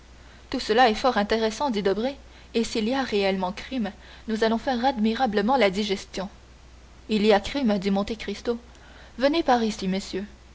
tout cela est fort intéressant dit debray et s'il y a réellement crime nous allons faire admirablement la digestion il y a crime dit monte cristo venez par ici messieurs venez monsieur